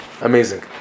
Amazing